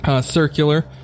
circular